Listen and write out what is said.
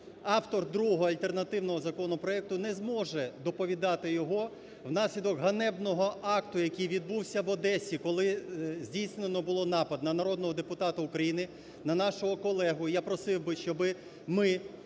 автор другого альтернативного законопроекту не зможе доповідати його внаслідок ганебного акту, який відбувся в Одесі, коли здійснено було напад на народного депутата України, на нашого колегу. Я просив би, щоб ми